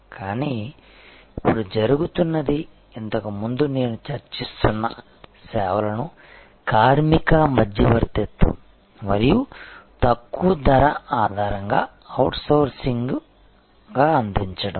కానీ ఇప్పుడు జరుగుతున్నది ఇంతకు ముందు నేను చర్చిస్తున్న సేవలను కార్మిక మధ్యవర్తిత్వం మరియు తక్కువ ధర ఆధారంగా అవుట్సోర్సింగ్గా అందించడం